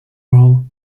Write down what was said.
role